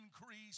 increase